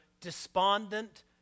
despondent